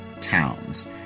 towns